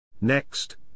Next